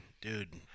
Dude